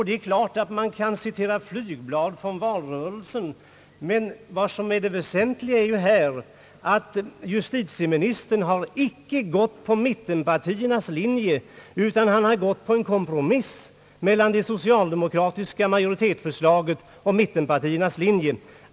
Det är klart :att man :kan citera flygblad från valrörelsen; Men vad som är det väsentliga här är att:justitieministern inte gått på mittenpartiernas linje, utan han har gått på en. kompromiss mellan det soöcialdemokratiska majoritetsförslaget och mittenpartierrås linje.